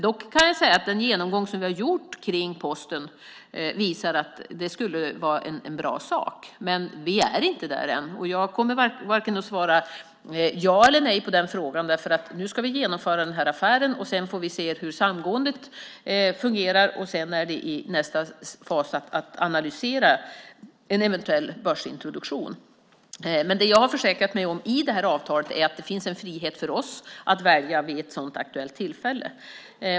Dock kan jag säga att den genomgång som vi har gjort kring Posten visar att det skulle vara en bra sak. Men vi är inte där än, och jag kommer varken att svara ja eller nej på den frågan, för nu ska vi först genomföra affären. Sedan får vi se hur samgåendet fungerar, och nästa fas är att analysera en eventuell börsintroduktion. Men jag har i avtalet försäkrat mig om att det finns en frihet för oss att välja vid ett sådant aktuellt tillfälle.